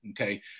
Okay